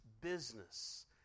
business